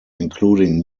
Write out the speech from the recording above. including